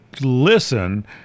listen